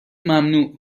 ممنوع